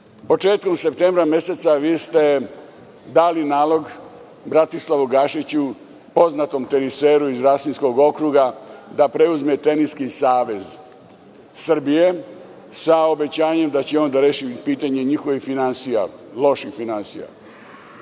Početkom septembra meseca vi ste dali nalog Bratislavu Gašiću, poznatom teniseru iz Rasinskog okruga, da preuzme Teniski savez Srbije, sa obećanjem da će on rešiti pitanje njihovih loših finansija.